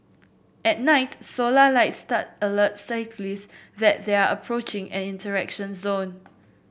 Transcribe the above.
at night solar light stud alert cyclist that they are approaching an interaction zone